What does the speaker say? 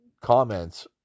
comments